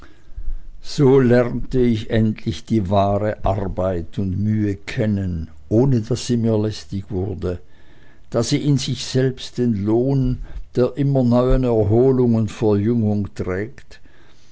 so lernte ich endlich die wahre arbeit und mühe kennen ohne daß sie mir lästig wurde da sie in sich selbst den lohn der immer neuen erholung und verjüngung trägt